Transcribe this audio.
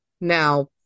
Now